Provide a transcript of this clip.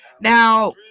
Now